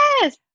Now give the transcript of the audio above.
yes